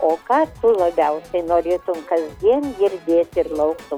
o ką tu labiausiai norėtum kasdien girdėt ir lauktum